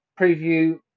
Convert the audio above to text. preview